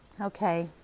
Okay